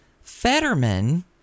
fetterman